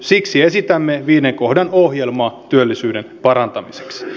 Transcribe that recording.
siksi esitämme viiden kohdan ohjelmaa työllisyyden parantamiseksi